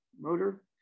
motor